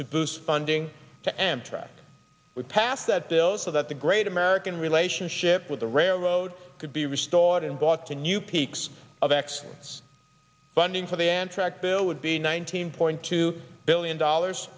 to boost funding to amtrak we passed that bill so that the great american relationship with the railroad could be restored and brought to new peaks of excellence funding for the anthrax bill would be nineteen point two billion dollars